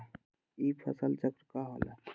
ई फसल चक्रण का होला?